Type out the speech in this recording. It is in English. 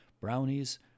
brownies